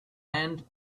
hand